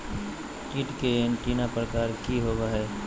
कीट के एंटीना प्रकार कि होवय हैय?